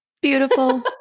Beautiful